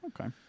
Okay